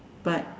but